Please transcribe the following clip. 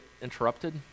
interrupted